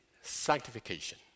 sanctification